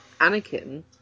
Anakin